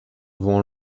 vont